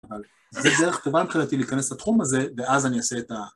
אבל זה דרך טובה מבחינתי להיכנס לתחום הזה, ואז אני אעשה את ה...